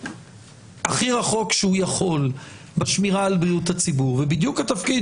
הכי רחוק שהוא יכול בשמירה על בריאות הציבור ובדיוק התפקיד